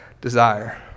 desire